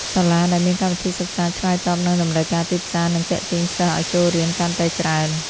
សាលាដែលមានកម្មវិធីសិក្សាឆ្លើយតបនឹងតម្រូវការទីផ្សារនឹងទាក់ទាញសិស្សឱ្យចូលរៀនកាន់តែច្រើន។